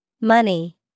Money